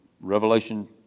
Revelation